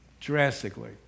drastically